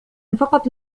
فقط